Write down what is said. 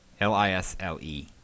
L-I-S-L-E